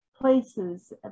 places